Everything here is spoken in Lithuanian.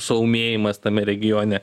suūmėjimas tame regione